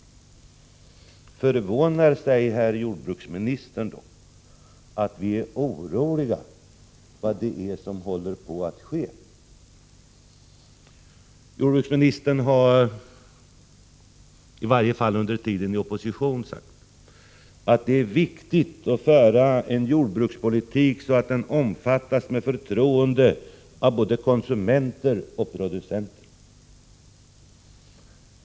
Förvånar det då herr jordbruksministern att vi är oroliga över vad som håller på att ske? I varje fall under sin tid i opposition förklarade jordbruksministern att det är viktigt att föra en jordbrukspolitik som omfattas med förtroende av både konsumenter och producenter.